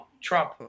Trump